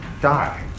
die